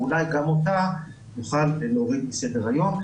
ואולי גם אותה נוכל להוריד מסדר היום.